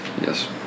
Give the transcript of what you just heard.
Yes